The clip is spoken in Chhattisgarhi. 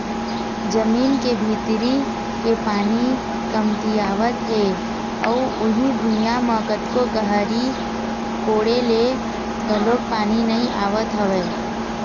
जमीन के भीतरी के पानी कमतियावत हे अउ उही भुइयां म कतको गहरी कोड़े ले घलोक पानी नइ आवत हवय